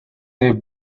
they